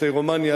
הרומנים,